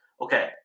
Okay